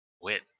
win